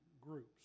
groups